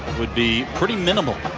would be pretty minimal.